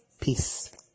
Peace